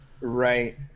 Right